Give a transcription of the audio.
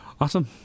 Awesome